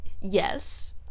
Yes